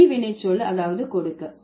ஒளி வினைச்சொல் அதாவது கொடுக்க